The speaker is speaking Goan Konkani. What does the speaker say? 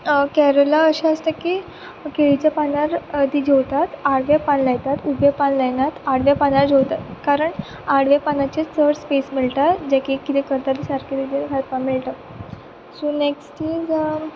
केरळा अशें आसता की केळीच्या पानार तीं जेवतात आडवें पान लायतात उबें पान लायनात आडवे पानार जेवतात कारण आडवे पानाचेर चड स्पेस मेळटा जे कितें करतात तें सारकें तेचेर घालपाक मेळटा सो नेक्स्ट इज